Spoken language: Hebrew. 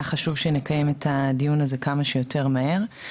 היה חשוב שנקיים את הדיון הזה כמה שיותר מהר.